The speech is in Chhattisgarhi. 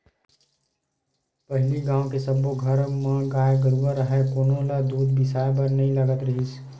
पहिली गाँव के सब्बो घर म गाय गरूवा राहय कोनो ल दूद बिसाए बर नइ लगत रिहिस